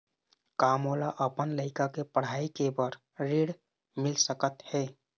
का मोला अपन लइका के पढ़ई के बर ऋण मिल सकत हे?